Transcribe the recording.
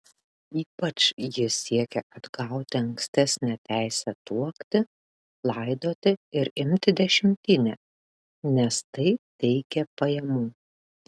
ypač ji siekė atgauti ankstesnę teisę tuokti laidoti ir imti dešimtinę nes tai teikė pajamų